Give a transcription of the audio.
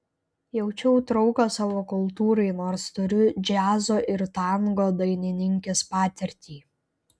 jaučiau trauką savo kultūrai nors turiu džiazo ir tango dainininkės patirtį